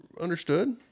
understood